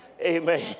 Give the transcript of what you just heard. Amen